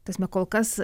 ta prasme kol kas